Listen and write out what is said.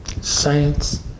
Saints